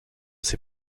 ces